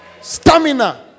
Stamina